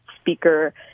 speaker